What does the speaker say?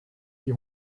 die